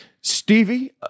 Stevie